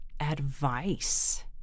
advice